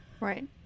Right